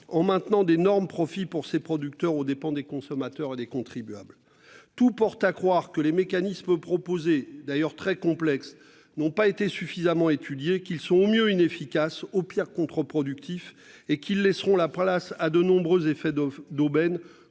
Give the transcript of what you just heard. en maintenant d'énormes profits pour ses producteurs aux dépens des consommateurs et des contribuables. Tout porte à croire que les mécanismes proposé d'ailleurs très complexe n'ont pas été suffisamment étudiés qu'ils sont, au mieux, inefficaces au pire contreproductif. Et qu'ils laisseront la place à de nombreux effets de domaines